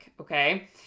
okay